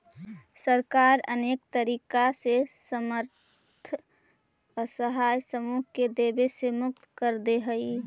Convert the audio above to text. सरकार अनेक तरीका से असमर्थ असहाय समूह के देवे से मुक्त कर देऽ हई